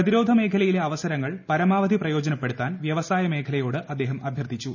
പ്രതിരോധ മേഖലയിലെ അവസരങ്ങൾ പരമാവധി പ്രയോജനപ്പെടുത്താൻ വ്യവസായ മേഖലയോട് അദ്ദേഹം അഭ്യർത്ഥിച്ചു